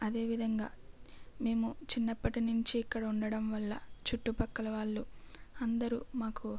అదేవిధంగా మేము చిన్నప్పటి నుంచి ఇక్కడ ఉండడం వల్ల చుట్టుపక్కలవాళ్ళు అందరూ మాకు